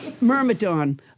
Myrmidon